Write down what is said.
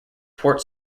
port